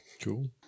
Cool